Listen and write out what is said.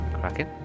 Cracking